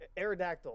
Aerodactyl